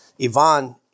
Ivan